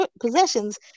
possessions